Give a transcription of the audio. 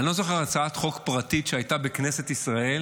אני לא זוכר הצעת חוק פרטית שהייתה בכנסת ישראל